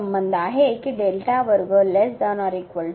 संबंध आहे की